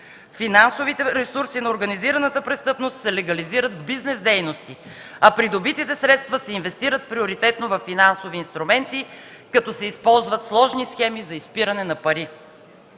Финансовите ресурси на организираната престъпност се легалиризират в бизнес дейности, а придобитите средства се инвестират приоритетно във финансови инструменти, като се използват сложни схеми за изпиране на пари.